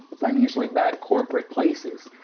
financially bad corporate places.